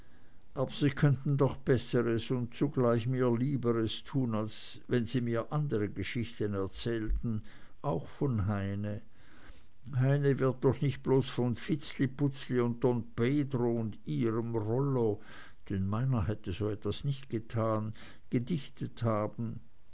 aber sie könnten doch besseres und zugleich mir lieberes tun wenn sie mir andere geschichten erzählten auch von heine heine wird doch nicht bloß von vitzliputzli und don pedro und ihrem rollo denn meiner hätte so was nicht getan gedichtet haben